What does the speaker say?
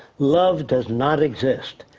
love does not exist.